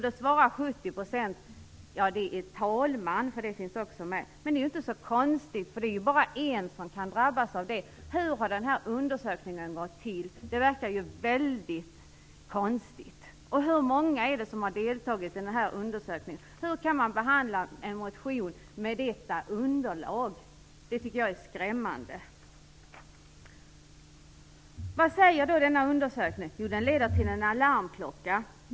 Då svarade 70 % talman, för det fanns också med. Och det är ju inte så konstigt - det är ju bara en som drabbas. Hur har den här undersökningen gått till? Det verkar väldigt konstigt. Hur många har deltagit? Hur kan man behandla en motion med detta underlag? Det tycker jag är skrämmande. Vad säger då denna undersökning? Jo, den leder till en alarmklocka.